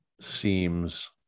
seems